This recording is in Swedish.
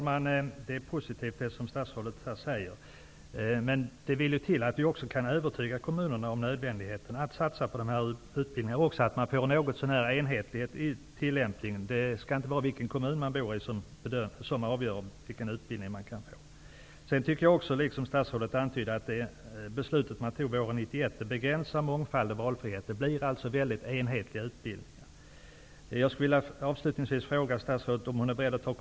Fru talman! Det som statsrådet här säger är positivt. Men det vill till att vi också kan övertyga kommunerna om nödvändigheten av att satsa på dessa utbildningar. Man måste få någorlunda enhetlighet i tillämpningen. Vilken kommun man bor i skall inte vara avgörande för vilken utbildning man kan få. Jag tycker att -- vilket statsrådet antydde -- det beslut som fattades våren 1991 begränsar mångfald och valfrihet. Utbildningarna blir mycket enhetliga.